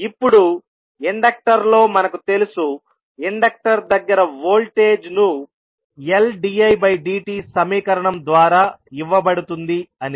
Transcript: ఇప్పుడు ఇండక్టర్ లో మనకు తెలుసు ఇండక్టర్ దగ్గర వోల్టేజ్ ను Ldidt సమీకరణం ద్వారా ఇవ్వబడుతుంది అని